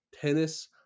tennis